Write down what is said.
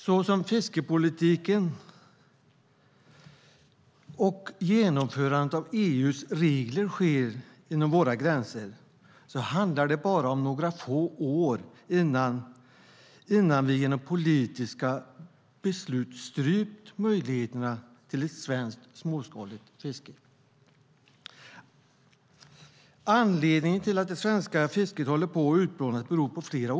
Så som fiskeripolitiken och genomförandet av EU:s regler sker inom våra gränser handlar det bara om några få år innan vi genom politiska beslut har strypt möjligheterna till ett svenskt småskaligt fiske. Anledningarna till att det svenska fisket håller på att utplånas är flera.